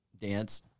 dance